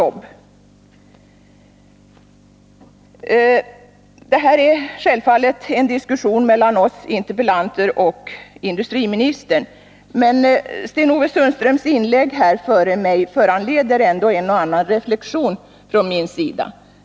Om SSAB:s verk Det här är självfallet en diskussion mellan oss interpellanter och industriministern, men Sten-Ove Sundströms inlägg föranleder ändå en och annan reflexion från min sida.